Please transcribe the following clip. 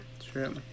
true